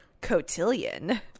Cotillion